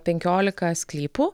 penkiolika sklypų